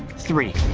three,